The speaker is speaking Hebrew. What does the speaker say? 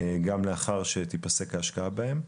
גם לאחר שתפסק ההשקעה בהם.